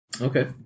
Okay